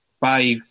five